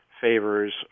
favors